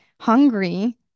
hungry